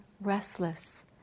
restless